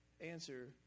answer